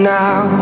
now